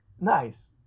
Nice